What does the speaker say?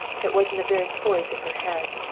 that was in the very poise of her head.